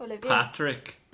Patrick